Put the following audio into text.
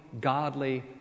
godly